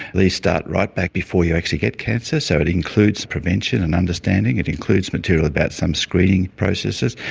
they start right back before you actually get cancer. so it includes prevention and understanding. it includes material about some screening processes.